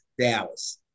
Dallas